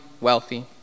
Wealthy